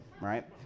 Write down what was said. right